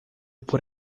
por